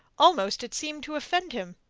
almost it seemed to offend him.